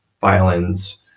violins